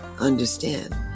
understand